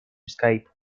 escape